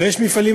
ויש מפעלים,